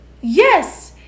Yes